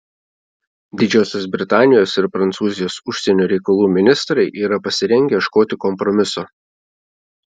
didžiosios britanijos ir prancūzijos užsienio reikalų ministrai yra pasirengę ieškoti kompromiso